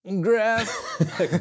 Grass